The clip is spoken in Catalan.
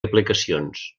aplicacions